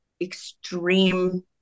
extreme